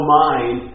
mind